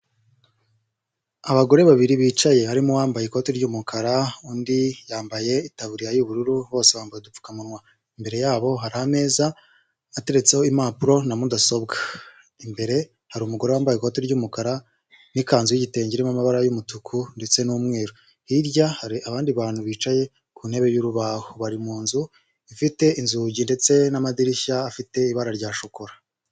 Abagore babiri bicaye barimo bambaye ikoti ry'umukara undi yambaye itaburiya y'ubururu bose bambaye upfukamunwa imbere yabo hari ameza ateretseho impapuro na mudasobwa imbere hari umugore wambaye ikoti ry'umukara n'ikanzu y'igitenge irimo amabara y'umutuku ndetse n'umweru hirya hari abandi bantu bicaye ku ntebe y'urubaho bari mu nzu ifite inzugi ndetse n'amadirishya afite ibara rya shokora.